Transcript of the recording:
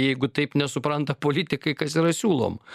jeigu taip nesupranta politikai kas yra siūloma